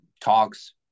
talks